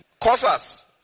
Causes